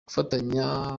gufatanya